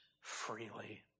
freely